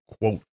quote